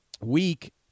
week